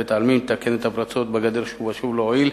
גם התערבות הרב הראשי לישראל לא הועילה.